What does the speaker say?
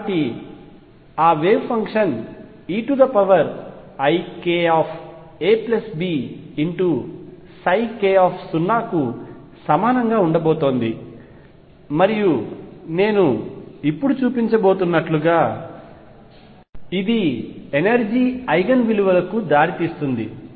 కాబట్టి ఆ wave function eikabk కు సమానంగా ఉండబోతోంది మరియు నేను ఇప్పుడు చూపించబోతున్నట్లుగా ఇది ఎనర్జీ ఐగెన్ విలువకు దారి తీస్తుంది